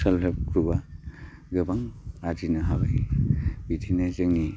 self help ग्रुपआ गोबां आरजिनो हाबाय बिदिनो जोंनि